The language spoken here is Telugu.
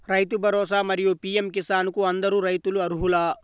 రైతు భరోసా, మరియు పీ.ఎం కిసాన్ కు అందరు రైతులు అర్హులా?